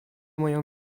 moją